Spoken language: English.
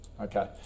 Okay